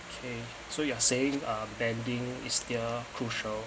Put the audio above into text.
okay so you are saying ah bending is their crucial